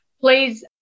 please